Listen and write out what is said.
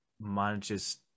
manages